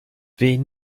wen